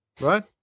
right